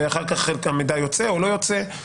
ואחר כך חלק מהמידע יוצא או לא יוצא.